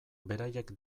beraiek